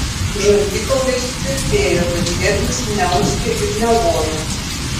žandikauliai suvirpėjo bet hermis neurzgė ir nelojo